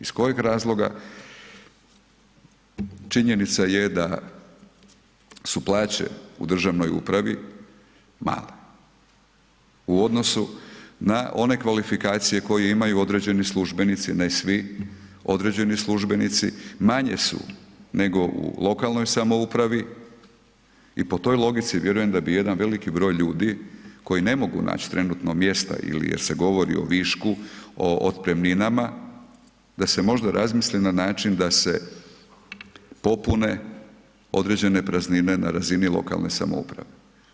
Iz kojih razloga, činjenica je da su plaće u državnoj upravi male, u odnosu na one kvalifikacije koje imaju određeni službenici, ne svi, određeni službenici, manje su nego u lokalnoj samoupravi, i po toj logici, vjerujem da bi jedan veliki broj ljudi, koji ne mogu naći trenutno mjesta ili jer se govori o višku, o otpremninama, da se možda razmisli na način, da se popune određen praznine na razini lokalne samouprave.